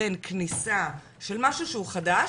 בין כניסה של משהו שהוא חדש,